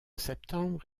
septembre